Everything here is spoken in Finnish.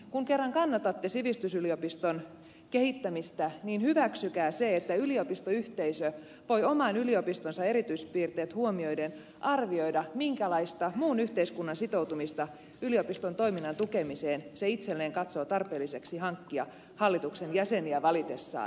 kun kerran kannatatte sivistysyliopiston kehittämistä niin hyväksykää se että yliopistoyhteisö voi oman yliopistonsa erityispiirteet huomioiden arvioida minkälaista muun yhteiskunnan sitoutumista yliopiston toiminnan tukemiseen se itselleen katsoo tarpeelliseksi hankkia hallituksen jäseniä valitessaan